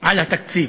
על התקציב.